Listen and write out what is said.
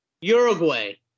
Uruguay